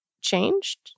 changed